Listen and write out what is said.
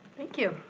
thank you.